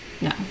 No